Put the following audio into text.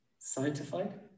scientified